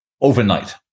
overnight